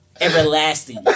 everlasting